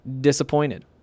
disappointed